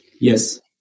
Yes